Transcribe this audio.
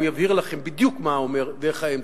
הוא יבהיר לכם בדיוק מה זה אומר דרך האמצע,